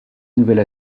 nouvelle